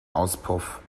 auspuff